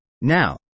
Now